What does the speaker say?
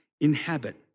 inhabit